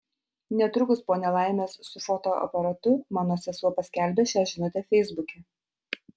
netrukus po nelaimės su fotoaparatu mano sesuo paskelbė šią žinutę feisbuke